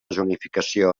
zonificació